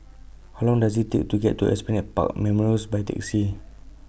How Long Does IT Take to get to Esplanade Park Memorials By Taxi